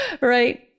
right